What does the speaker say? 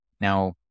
Now